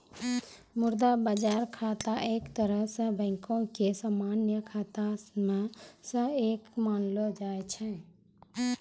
मुद्रा बजार खाता एक तरहो से बैंको के समान्य खाता मे से एक मानलो जाय छै